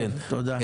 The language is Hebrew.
תודה.